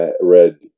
read